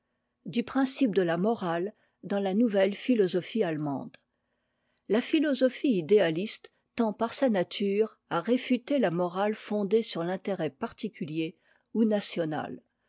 du principe de la morale dans la momm e philosophie amta e la philosophie idéaliste tend par sa nature à réfuter la morale fondée sur l'intérêt particulier ou national